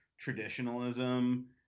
traditionalism